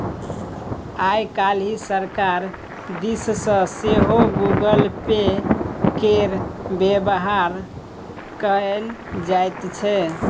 आय काल्हि सरकार दिस सँ सेहो गूगल पे केर बेबहार कएल जाइत छै